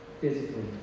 physically